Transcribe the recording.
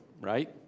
right